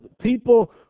people